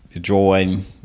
drawing